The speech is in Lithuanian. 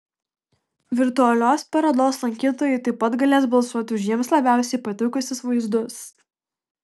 virtualios parodos lankytojai taip pat galės balsuoti už jiems labiausiai patikusius vaizdus